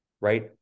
right